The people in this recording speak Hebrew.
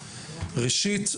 ראשית,